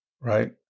right